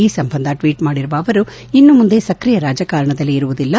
ಈ ಸಂಬಂಧ ಟ್ಷೀಟ್ ಮಾಡಿದ ಅವರು ಇನ್ನು ಮುಂದೆ ಸಕ್ರಿಯ ರಾಜಕಾರಣದಲ್ಲಿ ಇರುವುದಿಲ್ಲ